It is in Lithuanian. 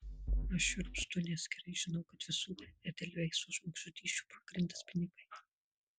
aš šiurpstu nes gerai žinau kad visų edelveiso žmogžudysčių pagrindas pinigai